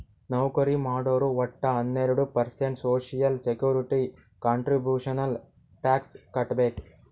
ನೌಕರಿ ಮಾಡೋರು ವಟ್ಟ ಹನ್ನೆರಡು percent social security contribution tax ಕಟ್ಬೇಕ್